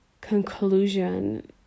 conclusion